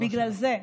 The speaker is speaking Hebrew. בגלל זה,